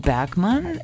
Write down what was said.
Bergman